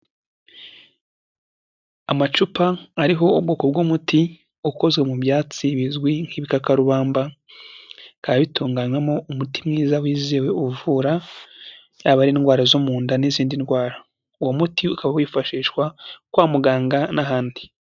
Amacupa ariho ubwoko bw'umuti ukozwe mu byatsi bizwi nk'ibikakarubamba, bikaba bitunganywamo umuti mwiza wizewe uvura yaba ari indwara zo mu nda n'izindi ndwara, uwo muti ukaba wifashishwa kwa muganga n'ahandi.